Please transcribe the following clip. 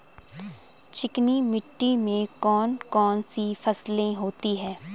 चिकनी मिट्टी में कौन कौन सी फसलें होती हैं?